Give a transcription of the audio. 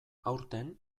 aurten